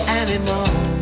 anymore